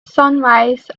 sunrise